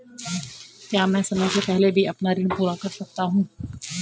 क्या मैं समय से पहले भी अपना ऋण पूरा कर सकता हूँ?